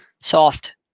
Soft